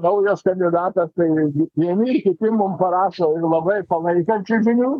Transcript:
naujas kandidatas tai vieni kiti mum parašo ir labai palaikančių žinių